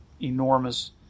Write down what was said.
enormous